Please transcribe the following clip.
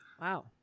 Wow